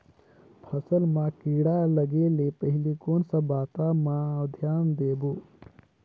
फसल मां किड़ा लगे ले पहले कोन सा बाता मां धियान देबो?